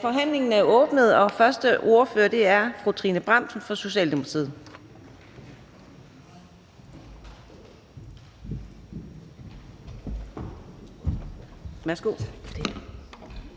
Forhandlingen er åbnet, og den første ordfører er fru Trine Bramsen fra Socialdemokratiet.